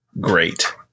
great